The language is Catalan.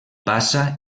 passa